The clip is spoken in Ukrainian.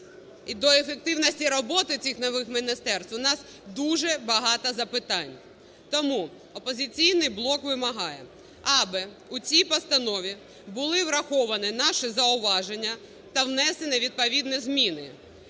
І до ефективності роботи цих нових міністерств у нас дуже багато запитань. Тому "Опозиційний блок" вимагає, аби у цій постанові були враховані наші зауваження та внесені відповідні зміни.